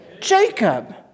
Jacob